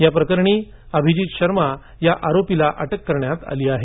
याप्रकरणी अभिजित शर्मा या आरोपीला अटकही करण्यात आली आहे